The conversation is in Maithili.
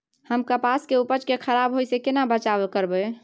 हम कपास के उपज के खराब होय से केना बचाव करबै?